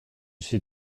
suis